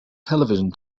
television